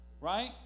right